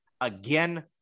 again